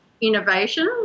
innovation